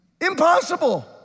Impossible